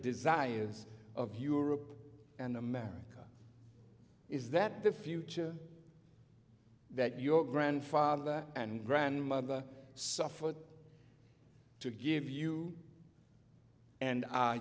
desires of europe and america is that the future that your grandfather and grandmother suffered to give you and